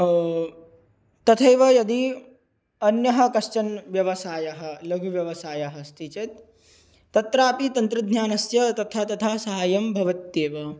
तथैव यदि अन्यः कश्चन व्यवसायः लघुव्यवसायः अस्ति चेत् तत्रापि तन्त्रज्ञानस्य तथा तथा सहाय्यं भवत्येव